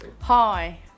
hi